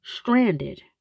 stranded